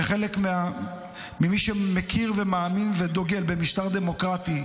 כחלק ממי שמכיר ומאמין ודוגל במשטר דמוקרטי,